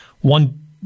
one